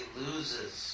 loses